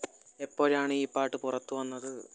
എപ്പോഴാണ് ഈ പാട്ട് പുറത്തു വന്നത്